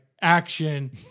action